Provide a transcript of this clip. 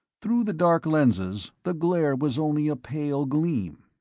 through the dark lenses, the glare was only a pale gleam.